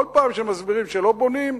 כל פעם שמסבירים שלא בונים,